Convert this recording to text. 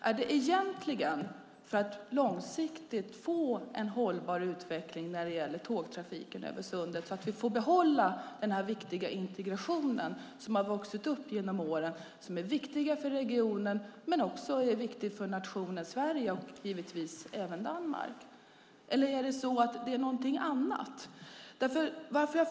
Är det en långsiktigt hållbar utveckling av tågtrafiken över sundet så att vi får behålla den integration som har vuxit fram under åren och som är viktig för regionen och för både Sverige och Danmark? Eller är det något annat?